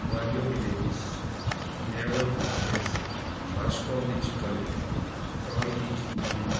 मारियो मिनेजीस नेवल ग्राशियस पाश्कोल दी चिकाली रोही चिंचिणी